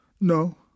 No